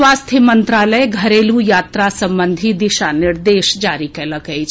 स्वास्थ्य मंत्रालय घरेलू यात्रा संबंधी दिशा निर्देश जारी कएलक अछि